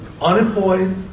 unemployed